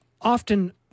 often